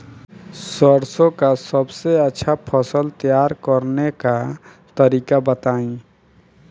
सरसों का सबसे अच्छा फसल तैयार करने का तरीका बताई